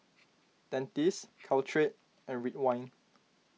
Dentiste Caltrate and Ridwind